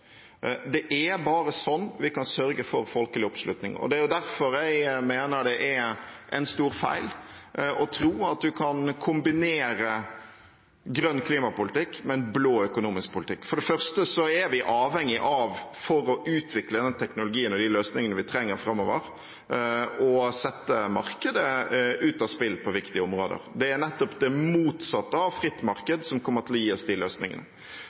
Det er bare sånn vi kan sørge for folkelig oppslutning. Det er derfor jeg mener det er en stor feil å tro at man kan kombinere grønn klimapolitikk med en blå økonomisk politikk. For det første er vi avhengige av, for å utvikle den teknologien og de løsningene vi trenger framover, å sette markedet ut av spill på viktige områder. Det er nettopp det motsatte av et fritt marked som kommer til å gi oss disse løsningene.